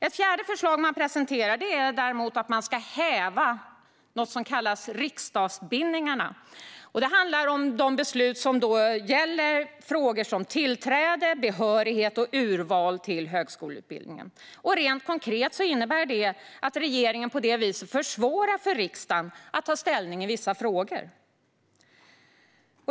Ett fjärde förslag som man presenterar gäller att häva de så kallade riksdagsbindningarna. Detta handlar om de beslut som gäller frågor som tillträde, behörighet och urval till högskoleutbildning. Rent konkret innebär det att regeringen på detta vis försvårar för riksdagen att ta ställning i vissa frågor.